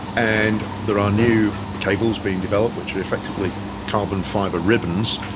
and there are new cables being developed which are effectively carbon fibre ribbons,